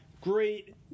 great